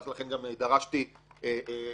לכן גם דרשתי בוועדה,